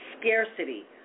scarcity